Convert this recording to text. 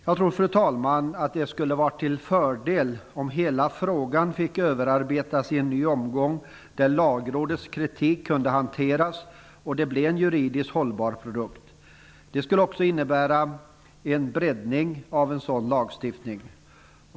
Jag tror, fru talman, att det skulle vara till fördel om hela frågan fick överarbetas i en ny omgång, där Lagrådets kritik kunde hanteras och det blev en juridiskt hållbar produkt. Det skulle också innebära en breddning av en sådan lagstiftning.